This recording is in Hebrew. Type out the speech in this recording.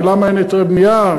ולמה אין היתרי בנייה?